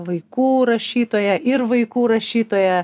vaikų rašytoja ir vaikų rašytoja